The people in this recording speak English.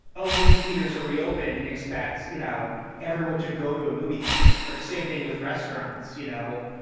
oh, movie theaters are reopened and expects, you know, everyone to go to a movie theater or the same thing with restaurants. you know,